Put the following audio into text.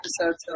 episodes